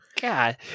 God